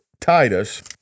Titus